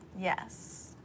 Yes